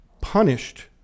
punished